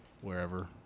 wherever